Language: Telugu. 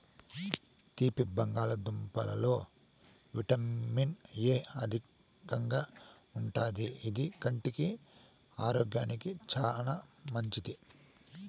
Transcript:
తీపి బంగాళదుంపలలో విటమిన్ ఎ అధికంగా ఉంటాది, ఇది కంటి ఆరోగ్యానికి చానా మంచిది